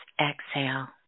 exhale